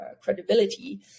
credibility